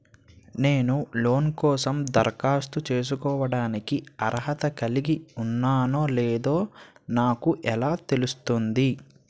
నేను లోన్ కోసం దరఖాస్తు చేసుకోవడానికి అర్హత కలిగి ఉన్నానో లేదో నాకు ఎలా తెలుస్తుంది?